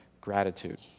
gratitude